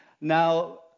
Now